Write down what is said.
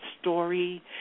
story